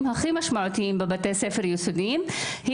הכי משמעותיים בבתי הספר היסודיים הוא